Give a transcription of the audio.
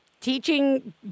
teaching